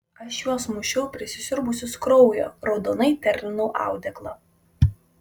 aš juos mušiau prisisiurbusius kraujo raudonai terlinau audeklą